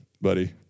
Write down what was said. buddy